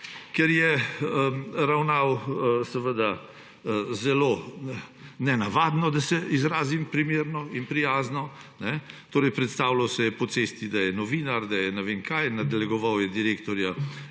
ker je ravnal zelo nenavadno, da se izrazim primerno in prijazno. Predstavljal se je po cesti, da je novinar, da je ne vem kaj, nadlegoval je direktorja